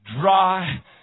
dry